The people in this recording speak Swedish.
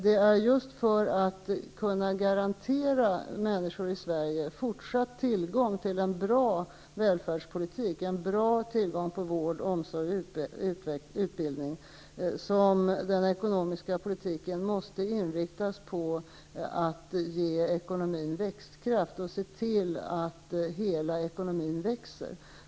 Det är just för att kunna garantera människor i Sverige fortsatt tillgång till en bra välfärd -- en god tillgång till vård, omsorg och utbildning -- som den ekonomiska politiken måste inriktas på att ge ekonomin växtkraft så att hela ekonomin växer.